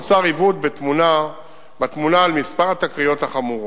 נוצר עיוות בתמונה על מספר התקריות החמורות.